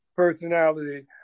personality